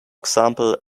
example